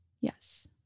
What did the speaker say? Yes